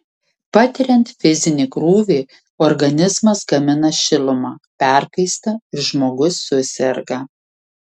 patiriant fizinį krūvį organizmas gamina šilumą perkaista ir žmogus suserga